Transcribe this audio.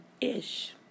ish